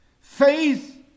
faith